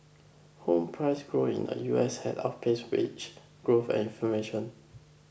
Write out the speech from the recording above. home price grow in the U S had outpaced wage growth and information